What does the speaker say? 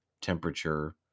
temperature